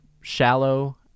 shallow